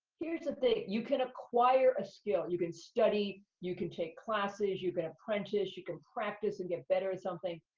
here's the thing. you can acquire a skill. you can study. you can take classes. you can apprentice. you can practice and get better at something.